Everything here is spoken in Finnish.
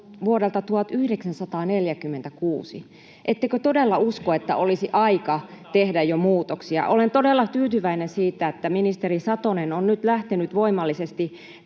vuodelta 1946. Ettekö todella usko, että olisi aika tehdä jo muutoksia? Olen todella tyytyväinen siihen, että ministeri Satonen on nyt lähtenyt voimallisesti